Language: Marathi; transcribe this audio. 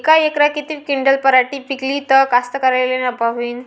यका एकरात किती क्विंटल पराटी पिकली त कास्तकाराइले नफा होईन?